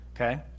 Okay